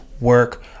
work